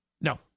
No